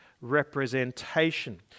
representation